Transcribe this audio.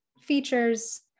features